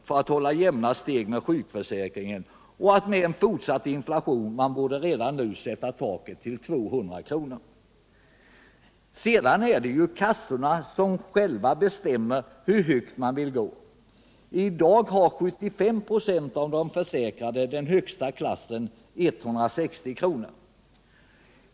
för att hålla jämna steg med sjukförsäkringen och att med en fortsatt inflation man redan nu borde sätta taket till 200 kr. Sedan är det ju kassorna som själva bestämmer hur högt de vill gå. I dag har 75 "5 av de försäkrade den högsta klassen, 160 kr.